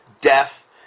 Death